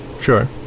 sure